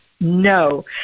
no